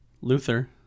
Luther